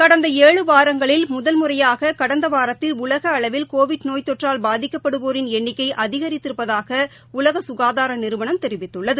கடந்த ஏழு வாரங்களில் முதல் முறையாக கடந்த வாரத்தில் உலக அளவில் கோவிட் நோய் தொற்றால் பாதிக்கப்படுவோரின் எண்ணிக்கை அதிவித்திருப்பதாக உலக சுகாதார நிறுவனம் தெரிவித்துள்ளது